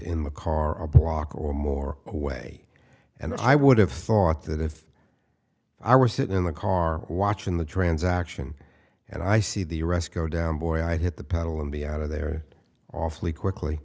in the car a block or more away and i would have thought that if i was sitting in the car watching the transaction and i see the arrest go down boy i hit the pedal and be out of there awfully quickly